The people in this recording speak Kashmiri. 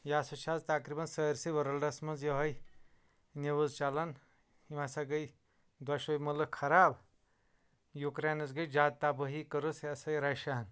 یا سا چھُ اَز تقریباً سٲرسٕے ورلڈَس مَنٛز یہَے نِوٕز چلان یم ہَسا گٔے دۄشوے مُلک خراب یُکرینَس گٔے زیاد تَبٲہی کٔرٕس یا سا یہِ رَشیاہَن